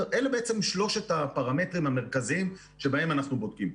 אלה בעצם שלושת הפרמטרים המרכזיים שבהם אנחנו בודקים.